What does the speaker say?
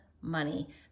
money